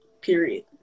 period